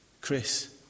Chris